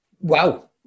Wow